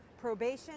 probation